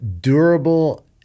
durable